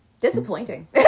Disappointing